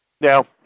Now